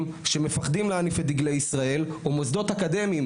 שמפחדים להניף את דגלי ישראל או מוסדות אקדמיים